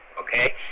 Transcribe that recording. Okay